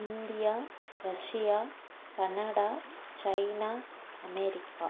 India Russia Canada China America